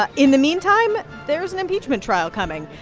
ah in the meantime, there is an impeachment trial coming.